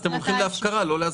אתם הולכים להפקרה ולא להסדרה.